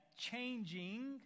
changing